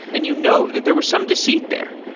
and you know that there was some deceit there.